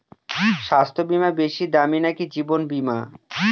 স্বাস্থ্য বীমা বেশী দামী নাকি জীবন বীমা?